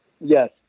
Yes